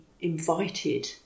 invited